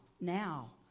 now